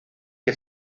que